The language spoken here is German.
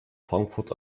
frankfurt